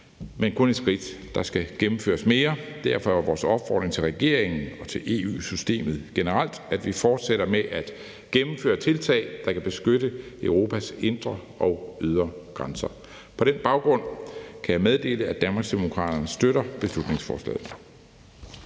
men kun et skridt. Der skal gennemføres mere. Derfor er vores opfordring til regeringen og til EU-systemet generelt, at vi fortsætter med at gennemføre tiltag, der kan beskytte Europas indre og ydre grænser. På den baggrund kan jeg meddele, at Danmarksdemokraterne støtter beslutningsforslaget.